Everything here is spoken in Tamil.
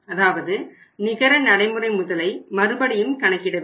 அதாவது நிகர நடைமுறை முதலை மறுபடியும் கணக்கிடவேண்டும்